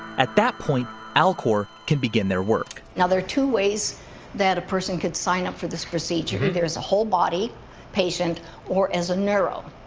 at that point, alcor can begin their work. now there are two ways that a person could sign up for this procedure. there's a whole body patient or as a neuro oh,